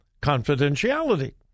confidentiality